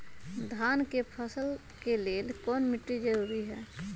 धान के फसल के लेल कौन मिट्टी जरूरी है?